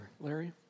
Larry